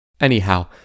Anyhow